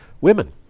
women